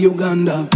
Uganda